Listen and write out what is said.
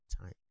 time